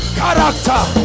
character